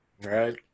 Right